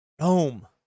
Home